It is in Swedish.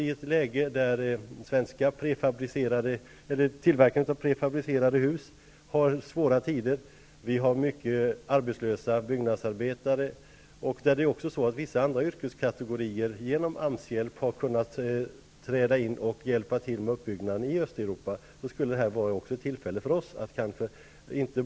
I ett läge då svenska tillverkare av prefabricerade hus har svåra tider och då det finns många arbetslösa byggnadsarbetare vore detta kanske ett tillfälle för oss att inte bara ingå i arbetsgrupper utan att även rent konkret och praktiskt hjälpa våra grannländer.